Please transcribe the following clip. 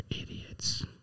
idiots